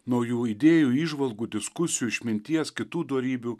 naujų idėjų įžvalgų diskusijų išminties kitų dorybių